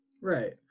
Right